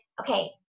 Okay